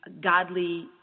godly